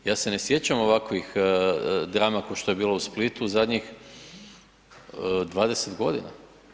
Ja se ne sjećam ovakvih drama ko što je bilo u Splitu u zadnjih 20 godina.